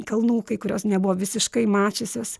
kalnų kai kurios nebuvo visiškai mačiusios